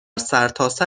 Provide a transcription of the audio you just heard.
سرتاسر